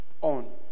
on